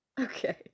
okay